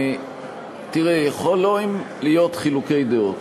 תראה, יכולים להיות חילוקי דעות,